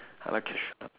I like cashew nuts